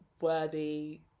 worthy